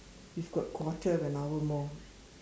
we've got quarter of an hour more